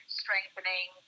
strengthening